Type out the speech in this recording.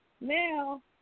now